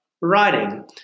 writing